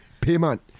Payment